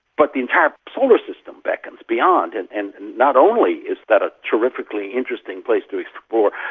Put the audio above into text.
but the entire solar system beckons beyond, and and not only is that a terrifically interesting place to explore,